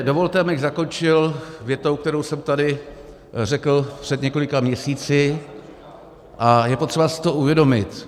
Dovolte mi, abych zakončil větou, kterou jsem tady řekl před několika měsíci, a je potřeba si to uvědomit.